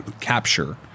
capture